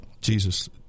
Jesus